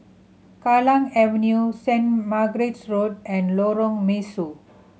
Kallang Avenue Saint Margaret's Road and Lorong Mesu